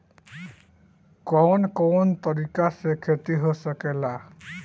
कवन कवन तरीका से खेती हो सकेला